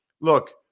Look